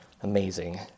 Amazing